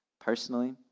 personally